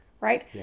right